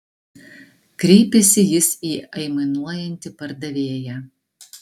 kreipėsi jis į aimanuojantį pardavėją